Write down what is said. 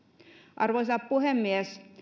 arvoisa puhemies